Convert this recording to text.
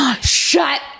Shut